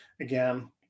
again